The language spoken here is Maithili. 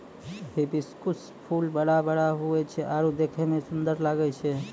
हिबिस्कुस फूल बड़ा बड़ा हुवै छै आरु देखै मे सुन्दर लागै छै